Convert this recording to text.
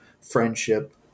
friendship